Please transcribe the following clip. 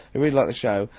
who really liked the show,